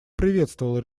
приветствовал